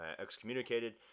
excommunicated